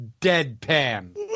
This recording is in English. deadpan